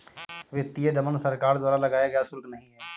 वित्तीय दमन सरकार द्वारा लगाया गया शुल्क नहीं है